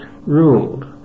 ruled